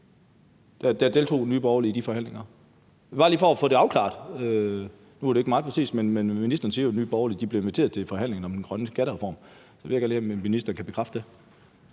Der deltog Nye Borgerlige i de forhandlinger? Det er bare lige for at få det afklaret. Nu var det ikke mig præcis, men ministeren siger jo, at Nye Borgerlige blev inviteret til forhandlingerne om den grønne skattereform, så jeg vil gerne høre, om ministeren kan bekræfte det.